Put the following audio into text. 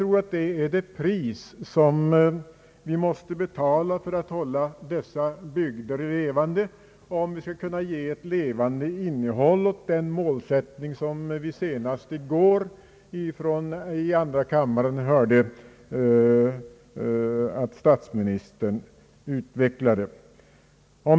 Detta är det pris som vi måste betala för att hålla dessa bygder levande och för att ge ett innehåll åt den målsättning som vi senast i går i andra la.